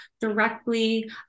directly